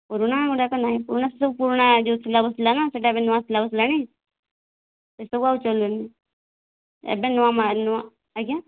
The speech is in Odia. ପୁରୁଣା ଗୁଡ଼ାକ ନାହିଁ ପୁରୁଣା ସେସବୁ ପୁରୁଣା ଯେଉଁ ସିଲାବସ୍ ଥିଲା ନା ସେଟା ଏବେ ନୂଆ ସିଲାବସ୍ ହେଲାଣି ସେସବୁ ଆଉ ଚାଲୁନି ଏବେ ନୂଆ ମାଲ ନୂଆ ଆଜ୍ଞା